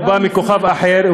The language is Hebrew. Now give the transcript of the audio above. או בא מכוכב אחר,